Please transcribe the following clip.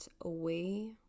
away